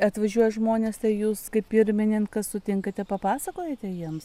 atvažiuoja žmonės tai jūs kaip pirmininkas sutinkate papasakojote jiems